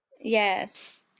Yes